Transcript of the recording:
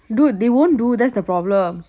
dude they won't do that's the problem